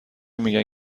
میگن